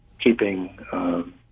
keeping